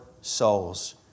souls